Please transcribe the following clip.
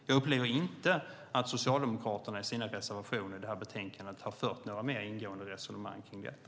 Jag upplever inte att Socialdemokraterna i sina reservationer i detta betänkande har fört några mer ingående resonemang kring detta.